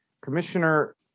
Commissioner